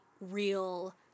real